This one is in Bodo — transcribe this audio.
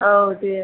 औ दे